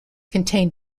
contain